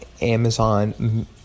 Amazon